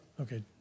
Okay